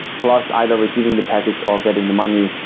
plus, either receiving the package or getting the money.